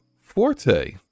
Forte